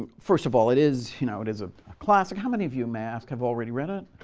first of all, it is you know it is a classic. how many of you, may i ask, have already read it?